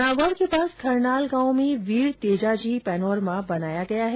नागौर के पास खरनाल गांव में वीर तेजाजी पैनोरमा बनाया गया है